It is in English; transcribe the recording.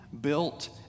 built